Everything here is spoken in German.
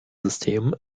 system